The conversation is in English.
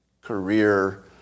career